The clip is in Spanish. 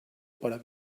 para